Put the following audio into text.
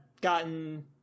gotten